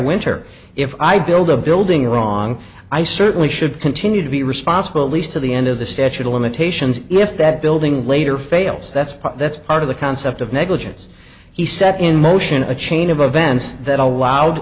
winter if i build a building or wrong i certainly should continue to be responsible at least to the end of the statute of limitations if that building later fails that's part that's part of the concept of negligence he set in motion a chain of events that allowed